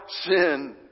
sin